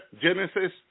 Genesis